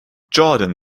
jordan